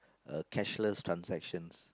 uh cashless transactions